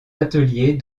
atelier